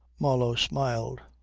marlow smiled.